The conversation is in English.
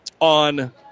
On